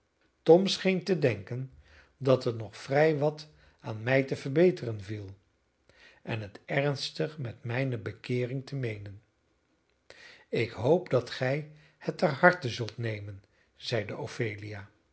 tom scheen te denken dat er nog vrij wat aan mij te verbeteren viel en het ernstig met mijne bekeering te meenen ik hoop dat gij het ter harte zult nemen zeide ophelia